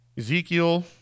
Ezekiel